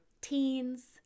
teens